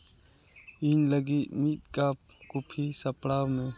ᱤᱧ ᱞᱟᱹᱜᱤᱫ ᱢᱤᱫ ᱠᱟᱯ ᱠᱚᱯᱷᱤ ᱥᱟᱯᱲᱟᱣ ᱢᱮ